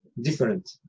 different